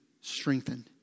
strengthened